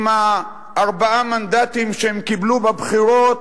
עם ארבעת המנדטים שהם קיבלו בבחירות,